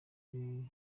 hari